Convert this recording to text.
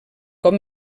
cop